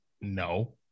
no